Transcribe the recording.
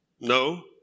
No